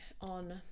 on